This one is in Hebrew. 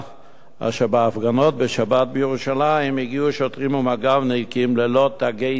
אשר בהפגנות בשבת בירושלים הגיעו שוטרים ומג"בניקים ללא תגי זיהוי,